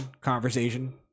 conversation